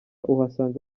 uhasanga